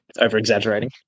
over-exaggerating